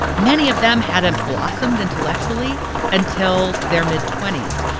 many of them hadn't blossomed intellectually until their mid twenty s.